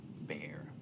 bear